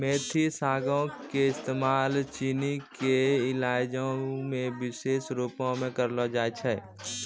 मेथी सागो के इस्तेमाल चीनी के इलाजो मे विशेष रुपो से करलो जाय छै